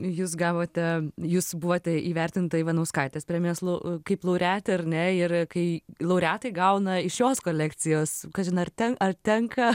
jūs gavote jūs buvote įvertinta ivanauskaitės premijos lau kaip laureatė ar ne ir kai laureatai gauna iš jos kolekcijos kažin ar ten ar tenka